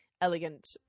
elegant